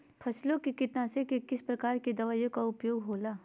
फसलों के कीटनाशक के किस प्रकार के दवाइयों का उपयोग हो ला?